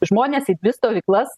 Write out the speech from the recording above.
žmonės į dvi stovyklas